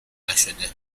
نشده